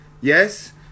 yes